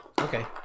okay